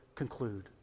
Conclude